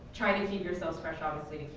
trying to keep yourselves fresh obviously,